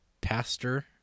pastor